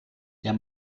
der